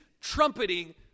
trumpeting